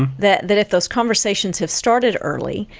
and that that if those conversations have started early,